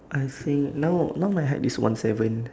I think now now my height is one seven